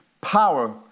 power